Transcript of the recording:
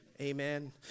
Amen